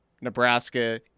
Nebraska